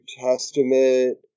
Testament